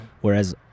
Whereas